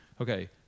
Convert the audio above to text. Okay